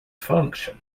function